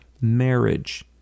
marriage